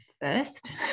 first